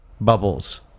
bubbles